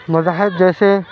مذاہب جیسے